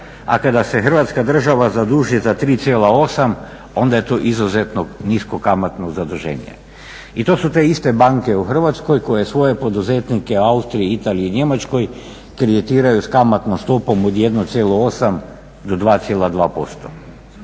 a kada se Hrvatska država zaduži za 3,8 onda je to izuzetno nisko kamatno zaduženje. I to su te iste banke u Hrvatskoj koje svoje poduzetnike u Austriji, Italiji i Njemačkoj kreditiraju s kamatnom stopom od 1,8 do 2,2%.